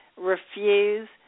refuse